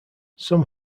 some